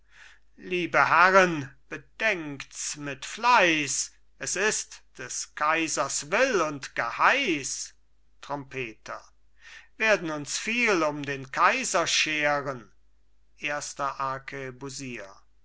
liebe herren bedenkts mit fleiß s ist des kaisers will und geheiß trompeter werden uns viel um den kaiser scheren erster